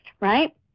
Right